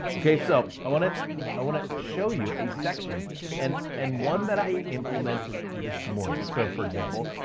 okay. so i wanted, i wanna show you a section and and one that i implemented this morning. so, for example,